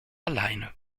alleine